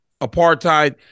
apartheid